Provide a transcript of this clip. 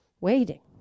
waiting